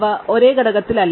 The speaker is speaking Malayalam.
അവ ഒരേ ഘടകത്തിലല്ല